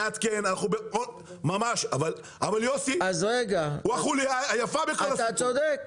ממש אבל יוסי הוא החולייה היפה בכל הסיפור,